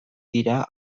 dira